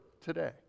today